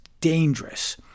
dangerous